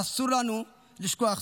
אסור לנו לשכוח זאת.